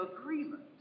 agreement